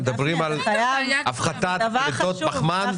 מדברים על הפחתת פליטות פחמן.